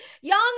young